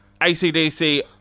ACDC